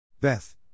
Beth